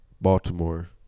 Baltimore